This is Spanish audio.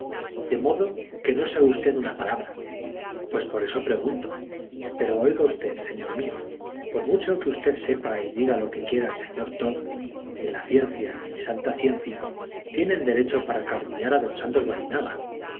de modo que no sabe usted una palabra pues por eso pregunto pero oiga usted señor mío por mucho que usted sepa y diga lo que quiera el señor todd ni la ciencia ni santa ciencia tienen derecho para calumniar a don santos barinaga